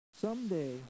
someday